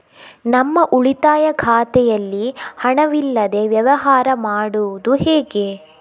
ನಮ್ಮ ಉಳಿತಾಯ ಖಾತೆಯಲ್ಲಿ ಹಣವಿಲ್ಲದೇ ವ್ಯವಹಾರ ಮಾಡುವುದು ಹೇಗೆ?